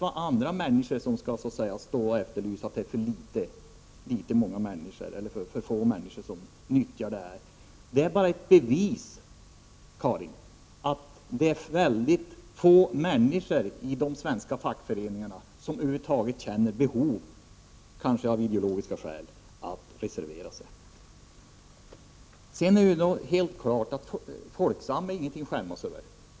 Andra människor kan inte påstå att det är för få medlemmar som nyttjar denna möjlighet. Det är bara ett bevis, Karin Falkmer, på att det är mycket få människor i de svenska fackföreningarna som över huvud taget känner behov, kanske av ideologiska skäl, att reservera sig. Det är helt klart att Folksam inte är något att skämmas över.